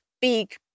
big